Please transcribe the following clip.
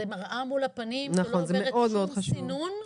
זה מראה מול הפנים שלא עוברת שום סינון,